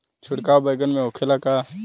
छिड़काव बैगन में होखे ला का?